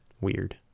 weird